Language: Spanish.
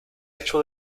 hecho